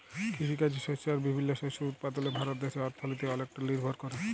কিসিকাজে শস্য আর বিভিল্ল্য শস্য উৎপাদলে ভারত দ্যাশের অথ্থলিতি অলেকট লিরভর ক্যরে